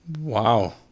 wow